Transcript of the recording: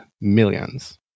millions